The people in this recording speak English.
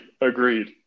agreed